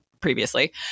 previously